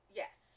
yes